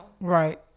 Right